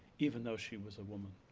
even though she was a woman.